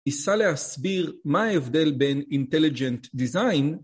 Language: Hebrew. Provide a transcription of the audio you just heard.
ניסה להסביר מה ההבדל בין Intelligent Design